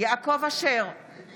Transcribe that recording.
יעקב אשר, נגד